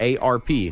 ARP